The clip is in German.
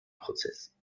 prozess